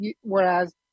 whereas